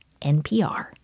npr